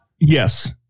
Yes